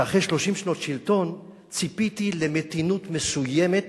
שאחרי 30 שנות שלטון ציפיתי למתינות מסוימת